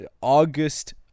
August